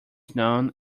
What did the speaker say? known